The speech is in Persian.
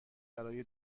برای